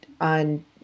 on